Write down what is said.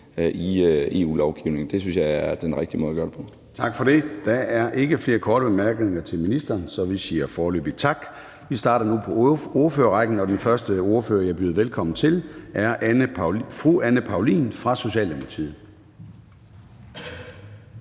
i EU-lovgivning. Det synes jeg er den rigtige måde at gøre det på. Kl. 10:26 Formanden (Søren Gade): Tak for det. Der er ikke flere korte bemærkninger til ministeren, så vi siger foreløbig tak. Vi starter nu på ordførerrækken, og den første ordfører, jeg byder velkommen til, er fru Anne Paulin fra Socialdemokratiet.